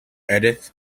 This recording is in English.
edith